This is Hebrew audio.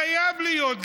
חייב להיות,